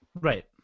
Right